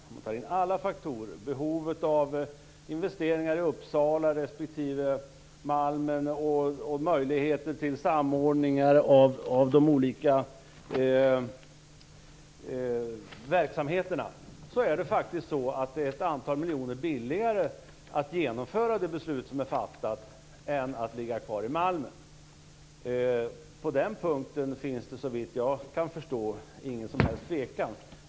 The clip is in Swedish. Om man tar in alla faktorer - behovet av investeringar i Uppsala respektive Malmen och möjligheten till samordningar av de olika verksamheterna - är det faktiskt ett antal miljoner billigare att genomföra det beslut som är fattat än att låta verksamheten ligga kvar i Malmen. På den punkten finns det såvitt jag kan förstå ingen som helst tvekan.